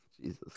Jesus